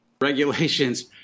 Regulations